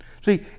See